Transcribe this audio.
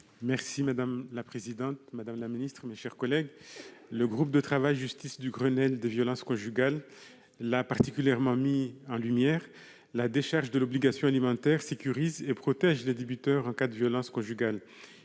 Madame la présidente, madame la garde des sceaux, mes chers collègues, le groupe de travail « Justice » du Grenelle des violences conjugales l'a particulièrement mis en lumière, la décharge de l'obligation alimentaire sécurise et protège les débiteurs en cas de violences conjugales.